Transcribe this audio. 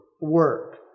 work